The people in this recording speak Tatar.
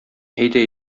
әйдә